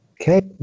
Okay